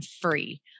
free